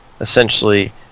essentially